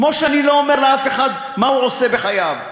כמו שאני לא אומר לאף אחד מה הוא עושה בחייו.